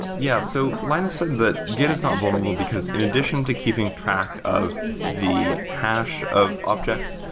yeah. so linus said that git is not vulnerable, because in addition to keeping track of the hash of objects,